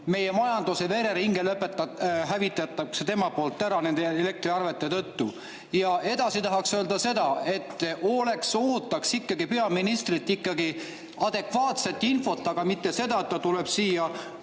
meie majanduse vereringe hävitatakse tema poolt ära nende elektriarvete tõttu. Edasi tahaks öelda, et ootaks ikkagi peaministrilt adekvaatset infot, aga mitte seda, et ta tuleb siia